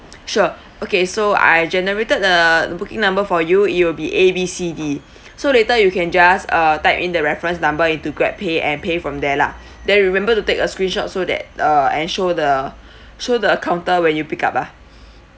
sure okay so I generated the the booking number for you it will be A B C D so later you can just uh type in the reference number into grab pay and pay from there lah then remember to take a screenshot so that uh and show the show the counter when you pick up ah